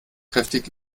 kräftig